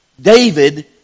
David